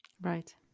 Right